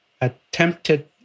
attempted